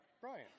Brian